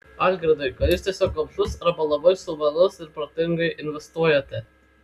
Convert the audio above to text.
algirdai gal jūs tiesiog gobšus arba labai sumanus ir protingai investuojate